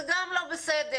זה גם לא בסדר,